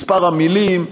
מספר המילים?